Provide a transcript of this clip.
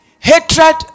Hatred